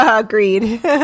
agreed